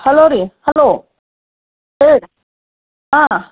hello ರೀ hello ಹೇಳಿರಿ ಹಾಂ